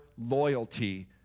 loyalty